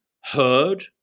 heard